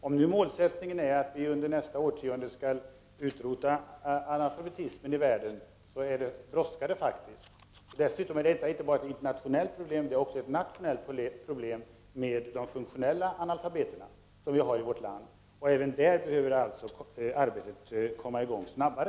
Om nu målsättningen är att vi under nästa årtionde skall utrota analfabetismen i världen brådskar det. Dessutom är detta inte bara ett internationellt problem, utan också ett nationellt problem, med de funktionella analfabeter som finns i vårt land. Även där bör arbetet komma i gång snabbare.